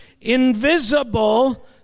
invisible